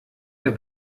der